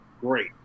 great